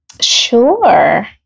sure